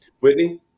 Whitney